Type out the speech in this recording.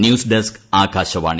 news desk Akashvani